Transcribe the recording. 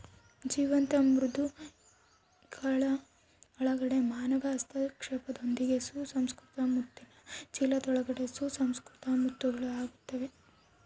ಜೀವಂತ ಮೃದ್ವಂಗಿಗಳ ಒಳಗಡೆ ಮಾನವ ಹಸ್ತಕ್ಷೇಪದೊಂದಿಗೆ ಸುಸಂಸ್ಕೃತ ಮುತ್ತಿನ ಚೀಲದೊಳಗೆ ಸುಸಂಸ್ಕೃತ ಮುತ್ತುಗಳು ಆಗುತ್ತವೆ